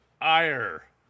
ire